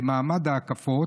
למעמד ההקפות,